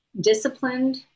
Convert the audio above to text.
disciplined